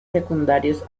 secundarios